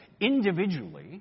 individually